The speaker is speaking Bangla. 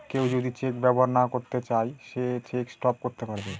কেউ যদি চেক ব্যবহার না করতে চাই সে চেক স্টপ করতে পারবে